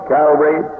Calvary